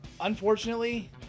Unfortunately